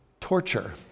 torture